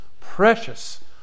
precious